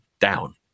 down